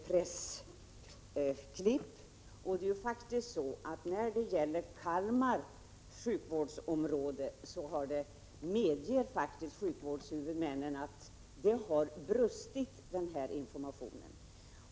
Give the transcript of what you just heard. Sjukvårdspersonal, som skall utföra eller biträda vid borttagandet av organ från avliden och som av samvetsskäl inte vill medverka, bör få slippa vara med om sådana operationer.